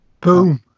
Boom